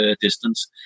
distance